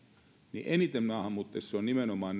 niin eniten maahanmuuttajissa niitä on nimenomaan